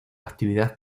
actividad